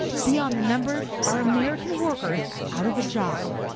beyond the numbers are american workers out of a job.